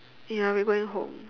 ya we going home